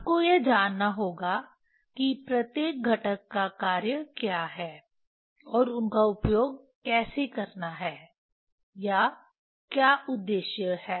आपको यह जानना होगा कि इस प्रत्येक घटक का कार्य क्या है और उनका उपयोग कैसे करना है या क्या उद्देश्य है